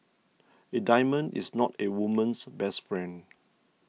a diamond is not a woman's best friend